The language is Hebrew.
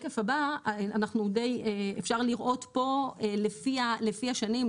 אפשר לראות פה לפי השנים,